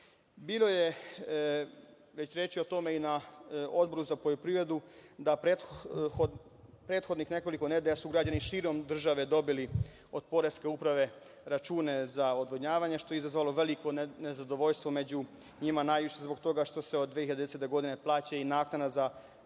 Bilo je već reči o tome i na Odboru za poljoprivredu, da prethodnih nekoliko nedelja su građani širom države dobili od Poreske prave račune za odvodnjavanje, što je izazvalo veliko nezadovoljstvo među njima, najviše zbog toga što se od 2010. godine plaća i naknada za građevinsko